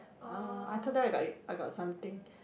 uh I told them I got I got something